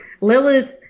lilith